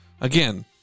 again